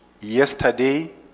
yesterday